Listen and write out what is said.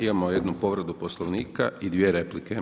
Imamo jednu povredu Poslovnika i dvije replike.